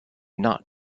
not